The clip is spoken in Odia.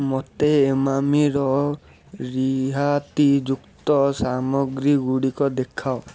ମୋତେ ଏମାମିର ରିହାତି ଯୁକ୍ତ ସାମଗ୍ରୀ ଗୁଡ଼ିକ ଦେଖାଅ